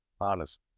honest